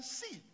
see